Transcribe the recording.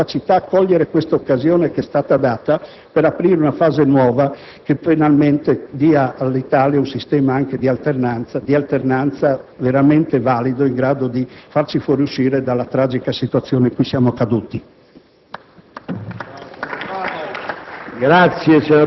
Starà alle forze politiche, alla loro intelligenza e alla capacità di cogliere l'occasione offerta loro per aprire una fase nuova che, finalmente, dia all'Italia un sistema di alternanza veramente valido e in grado di farci fuoriuscire dalla tragica situazione nella quale siamo caduti.